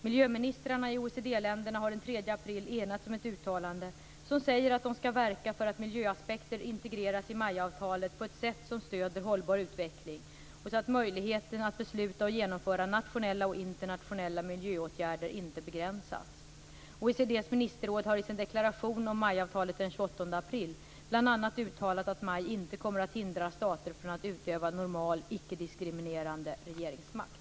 Miljöministrarna i OECD-länderna enades den 3 april om ett uttalande som säger att de skall verka för att miljöaspekter skall integreras i MAI-avtalet på ett sätt som stöder hållbar utveckling och så att möjligheten att besluta och genomföra nationella och internationella miljöåtgärder inte begränsas. OECD:s ministerråd har i sin deklaration om MAI-avtalet den 28 april bl.a. uttalat att MAI inte kommer att hindra stater från att utöva normal, icke-diskriminerande regeringsmakt.